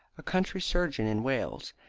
a country surgeon in wales,